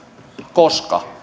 koska